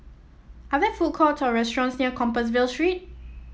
are there food courts or restaurants near Compassvale Street